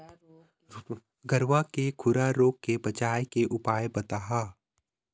गरवा के खुरा रोग के बचाए के उपाय बताहा?